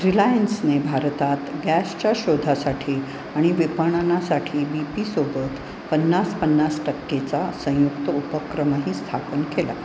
रिलायन्सने भारतात गॅसच्या शोधासाठी आणि विपणनासाठी बी पीसोबत पन्नास पन्नास टक्केचा संयुक्त उपक्रमही स्थापन केला